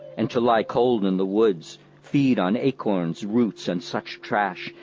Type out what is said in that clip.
and to lie cold in the woods, feed on acorns, roots and such trash,